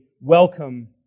welcome